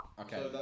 Okay